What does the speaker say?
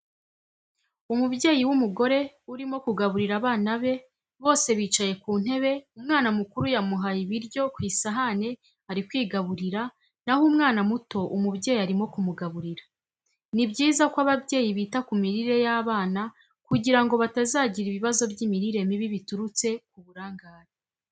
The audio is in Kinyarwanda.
umubyeyi w'umugore urimo kugaburira abana be, bose bicaye ku ntebe umwana mukuru yamuhaye ibiryo ku isahane ari kwigaburira naho uwana muto umubyeyi arimo kumugaburira. nibyiza ko ababyeyi bita ku mirire y'abana kugirango batazagira ibibazo by'imirire mibi biturutse ku burangare.